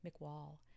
mcwall